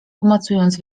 obmacując